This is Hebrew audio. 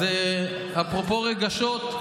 אז אפרופו רגשות,